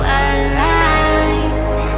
alive